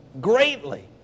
greatly